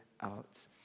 out